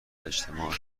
اجتماع